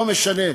לא משנה,